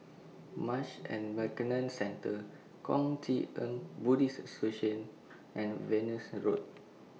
Marsh and McLennan Centre Kuang Chee Tng Buddhist and Venus Road